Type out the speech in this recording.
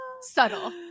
Subtle